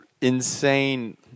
insane